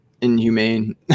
inhumane